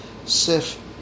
Sif